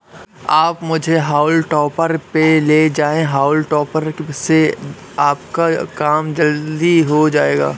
आप मुझसे हॉउल टॉपर ले जाएं हाउल टॉपर से आपका काम जल्दी हो जाएगा